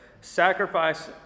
sacrifice